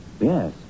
Yes